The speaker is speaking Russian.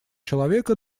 человека